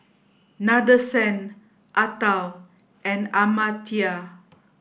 Nadesan Atal and Amartya